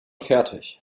fertig